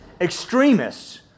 Extremists